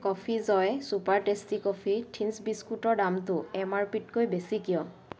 coffee joy super tasty coffee thins বিস্কুটৰ দামটো M R পিতকৈ বেছি কিয়